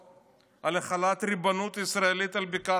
להחלת ריבונות ישראלית על בקעת הירדן,